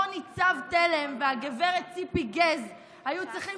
אותו ניצב תלם והגב' ציפי גז היו צריכים